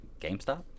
GameStop